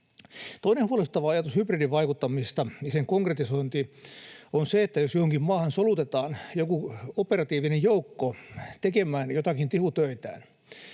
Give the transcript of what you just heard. Toinen huolestuttava ajatus hybridivaikuttamisesta ja sen konkretisoinnista on se, jos johonkin maahan solutetaan joku operatiivinen joukko tekemään tihutöitään.